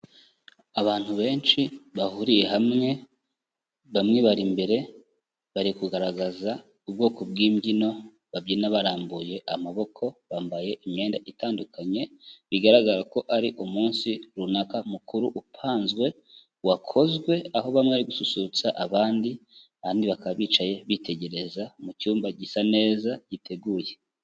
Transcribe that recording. Abantu benshi bahuriye hamwe, bamwe bari imbere bari kugaragaza ubwoko bw'imbyino babyina barambuye amaboko, bambaye imyenda itandukanye bigaragara ko ari umunsi runaka mukuru upanzwe wakozwe, aho bamwe ari gusurutsa abandi kandi bakaba bicaye bitegereza mu cyumba gisa neza giteguye.